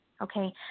okay